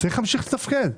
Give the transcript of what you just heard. צריך להמשיך לתפקד.